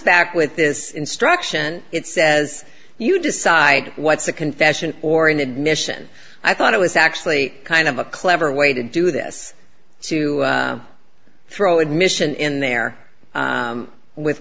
back with this instruction it says you decide what's a confession or an admission i thought it was actually kind of a clever way to do this to throw admission in there with